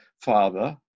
father